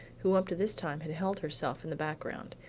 who up to this time had held herself in the background,